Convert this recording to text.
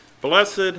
Blessed